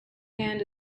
hand